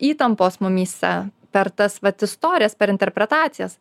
įtampos mumyse per tas vat istorijas per interpretacijas